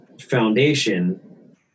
foundation